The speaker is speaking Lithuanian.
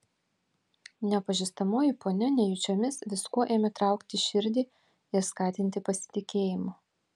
nepažįstamoji ponia nejučiomis viskuo ėmė traukti širdį ir skatinti pasitikėjimą